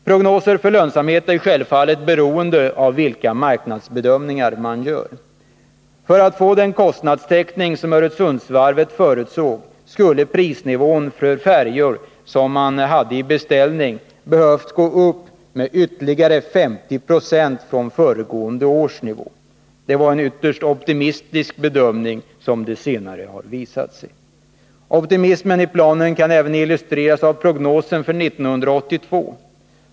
Prognoser för lönsamhet är självfallet beroende av vilka marknadsbedömningar man gör. För att få den kostnadstäckning som Öresundsvarvet förutsåg skulle prisnivån för de färjor som var beställda ha behövt gå upp med ytterligare 50 90 från föregående år. Det har senare visat sig att detta var en ytterst optimistisk bedömning. Optimismen i planen kan även illustreras av prognosen för 1982.